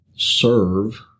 serve